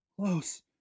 Close